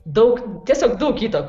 daug tiesiog daug įtakų